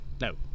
No